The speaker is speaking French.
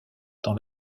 dans